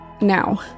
now